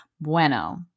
bueno